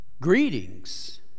Greetings